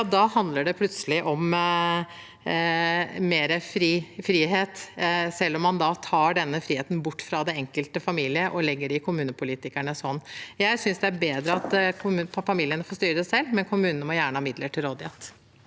handler det plutselig om mer frihet, selv om man da tar denne friheten bort fra den enkelte familie og legger den i kommunepolitikernes hånd. Jeg synes det er bedre at familiene får styre det selv, men kommunene må gjerne ha midler til rådighet.